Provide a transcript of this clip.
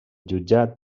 jutjat